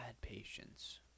patience